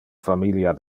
familia